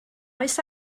oes